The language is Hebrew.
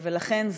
ולכן,